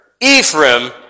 Ephraim